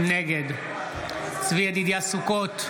נגד צבי ידידיה סוכות,